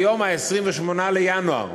היום 28 בינואר.